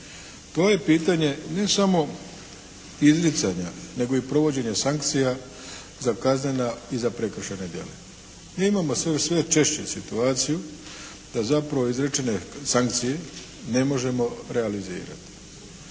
To je pitanje ne samo izricanja nego i provođenja sankcija zakazana i za prekršajna djela. Mi imamo sve češće situaciju da zapravo izrečene sankcije ne možemo realizirati.